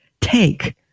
take